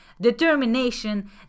determination